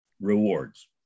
rewards